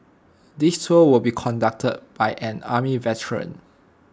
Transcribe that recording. this tour will be conducted by an army veteran